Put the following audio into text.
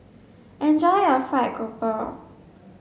enjoy your fried grouper